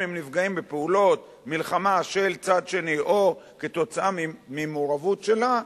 אם הם נפגעים בפעולות מלחמה של צד שני או ממעורבות שלה,